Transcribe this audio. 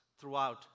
throughout